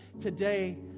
Today